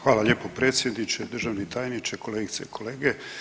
Hvala lijepo predsjedniče, državni tajniče, kolegice i kolege.